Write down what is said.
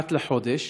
אחת לחודש